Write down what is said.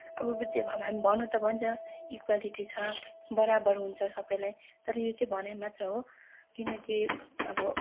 अब भन्न त भन्छ इक्वेलिटी छ बराबर हुन्छ सबैलाई तर यो चाहिँ भनाइ मात्र हो किनकि अब